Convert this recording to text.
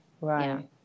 right